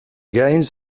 gained